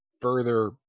further